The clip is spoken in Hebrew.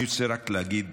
אני רוצה רק להגיד